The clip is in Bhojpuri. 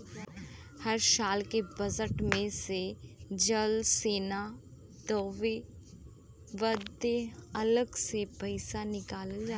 हर साल के बजेट मे से जल सेना बदे अलग से पइसा निकालल जाला